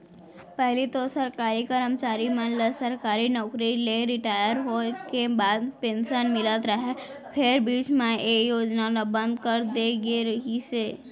पहिली तो सरकारी करमचारी मन ल सरकारी नउकरी ले रिटायर होय के बाद पेंसन मिलत रहय फेर बीच म ए योजना ल बंद करे दे गे रिहिस हे